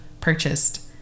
purchased